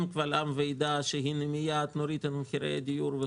קבל עם ועדה שהנה מיד נוריד את מחירי הדיור,